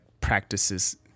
practices –